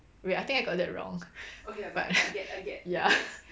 wait I think I got that wrong but ya